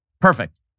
perfect